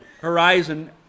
horizon